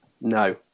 No